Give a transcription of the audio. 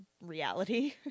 reality